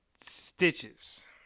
Stitches